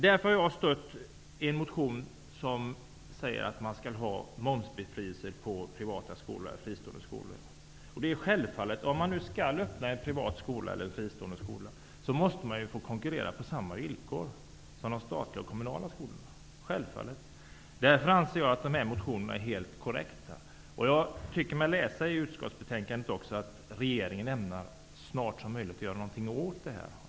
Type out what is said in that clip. Därför stöder jag en motion om momsbefrielse avseende privata, fristående skolor. Det är en självklarhet. Den som vill öppna en privat, fristående skola måste ju få konkurrera på samma villkor som de statliga och kommunala skolorna. Därför anser jag att väckta motioner är helt korrekta. Jag tycker mig utläsa av utskottsbetänkandet att regeringen så snart som möjligt ämnar göra något åt detta.